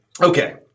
Okay